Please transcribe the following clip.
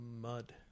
mud